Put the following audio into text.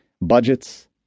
budgets